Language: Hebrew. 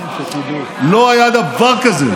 לא היה דבר כזה.